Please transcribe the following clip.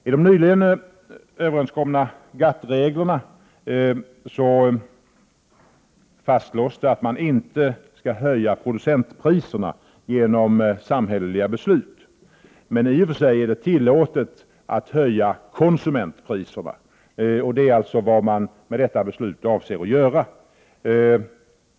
I de nyligen överenskomna GATT-reglerna fastslås att man inte skall höja producentpriserna genom samhälleliga beslut, men i och för sig är det tillåtet att höja konsumentpriserna, och detta är alltså vad man avser att göra med det här beslutet.